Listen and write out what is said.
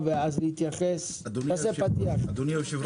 אדוני היושב-ראש,